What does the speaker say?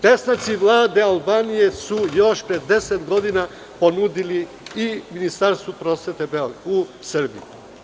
Predstavnici Vlade Albanije su još pre deset godina ponudili i Ministarstvu prosvete u Srbiji.